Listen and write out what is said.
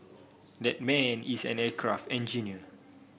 that man is an aircraft engineer